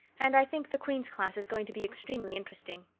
and i think the queen's class is going to be extremely interesting.